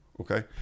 Okay